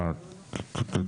על